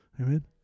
amen